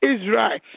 Israel